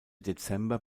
dezember